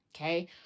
okay